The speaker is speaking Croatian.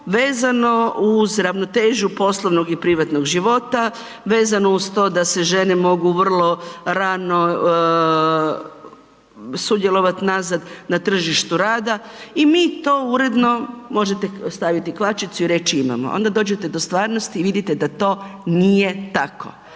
vezano uz ravnotežu poslovnog i privatnog života, vezano uz to da se žene mogu vrlo rano sudjelovati nazad na tržištu rada i mi to uredno, možete staviti kvačicu i reći imamo. Onda dođete do stvarnosti i vidite da to nije tako.